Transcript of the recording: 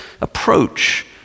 approach